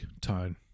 tone